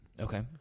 Okay